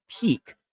peak